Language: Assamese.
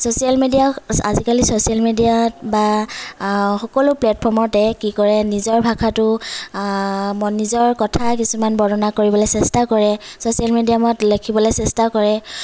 চছিয়েল মেডিয়াত আজিকালি চছিয়েল মেডিয়াত বা সকলো প্লেটফৰ্মতে কি কৰে নিজৰ ভাষাটো নিজৰ কথা কিছুমান বৰ্ণনা কৰিবলৈ চেষ্টা কৰে চছিয়েল মেদিয়ামত লিখিবলৈ চেষ্টা কৰে